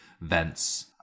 Vents